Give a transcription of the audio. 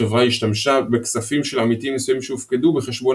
החברה השתמשה בכספים של עמיתים מסוימים שהופקדו ב"חשבון